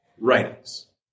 writings